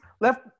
left